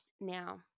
Now